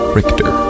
Richter